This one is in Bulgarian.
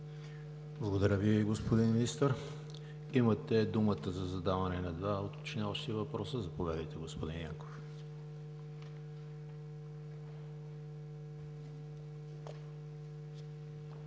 Благодаря Ви, господин Министър. Имате думата за задаване на два уточняващи въпроса. Заповядайте, господин Янков.